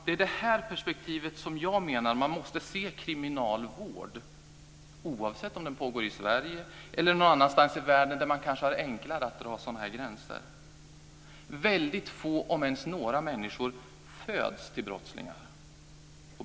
Det är i det här perspektivet som jag menar att man måste se kriminalvård, oavsett om den pågår i Sverige eller någon annanstans i världen där man kanske har enklare att dra sådana här gränser. Väldigt få om ens några människor föds till brottslighet.